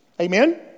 Amen